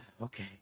Okay